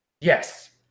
yes